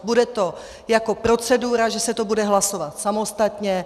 Bude to jako procedura, že se to bude hlasovat samostatně.